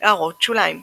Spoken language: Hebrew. הערות שוליים ==